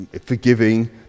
forgiving